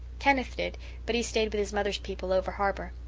kenneth did but he stayed with his mother's people over-harbour.